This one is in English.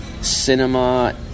Cinema